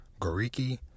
Goriki